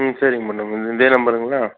ம் சரிங்க மேடம் இதே நம்பருங்களா